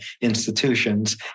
institutions